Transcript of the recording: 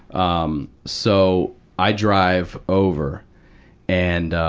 um, so i drive over and,